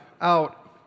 out